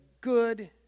good